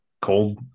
cold